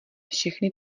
všechny